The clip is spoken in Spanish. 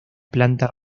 planta